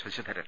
Sasidharan